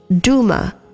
Duma